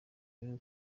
n’ibyo